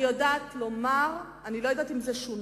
אני יודעת לומר, אני לא יודעת אם זה שונה.